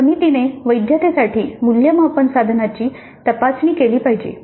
समितीने वैधतेसाठी मूल्यमापन साधनाची तपासणी केली पाहिजे